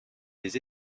des